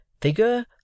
figure